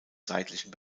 seitlichen